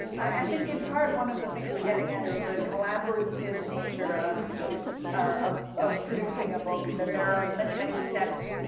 i think, in part, one of the things we're getting at is the collaborative nature of of producing a book, that there are many, many steps,